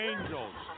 Angels